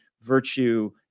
virtue